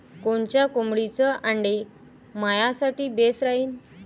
कोनच्या कोंबडीचं आंडे मायासाठी बेस राहीन?